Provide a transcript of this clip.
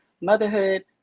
motherhood